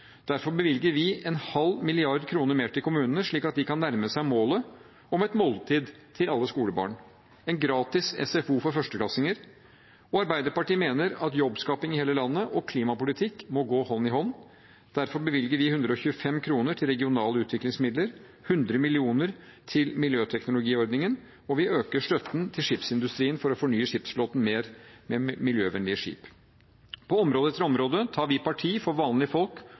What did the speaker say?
Derfor bevilger vi 0,5 mrd. kr mer til kommunene, slik at de kan nærme seg målet om et måltid til alle skolebarn og gratis SFO for førsteklassinger. Arbeiderpartiet mener at jobbskaping i hele landet og klimapolitikk må gå hånd i hånd. Derfor bevilger vi 125 mill. kr til regionale utviklingsmidler, 100 mill. kr til miljøteknologiordningen, og vi øker støtten til skipsindustrien for å fornye skipsflåten mer med miljøvennlige skip. På område etter område tar vi parti for vanlige folk